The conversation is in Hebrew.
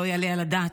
לא יעלה על הדעת.